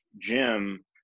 Jim